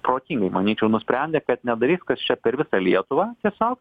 protingai manyčiau nusprendė kad nedarys kad čia per visą lietuvą tiesiog